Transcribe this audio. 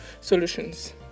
solutions